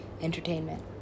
entertainment